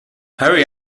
hurry